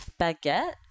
baguette